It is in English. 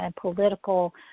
political